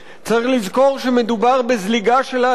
צריך לזכור שמדובר בזליגה של האלימות